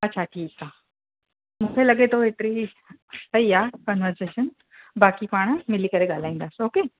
अछा ठीकु आहे मूंखे लॻे थो एतिरी सही आहे कन्वर्जेशन बाक़ी पाण मिली करे ॻाल्हाईंदासीं ओके